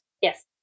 Yes